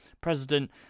president